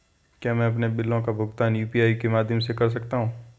क्या मैं अपने बिलों का भुगतान यू.पी.आई के माध्यम से कर सकता हूँ?